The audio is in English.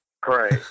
Great